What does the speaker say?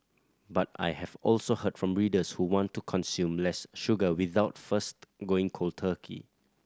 but I have also heard from readers who want to consume less sugar without first going cold turkey